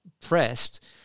pressed